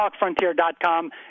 TalkFrontier.com